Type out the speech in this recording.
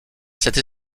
cette